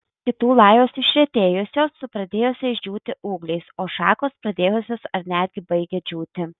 kitų lajos išretėjusios su pradėjusiais džiūti ūgliais o šakos pradėjusios ar netgi baigia džiūti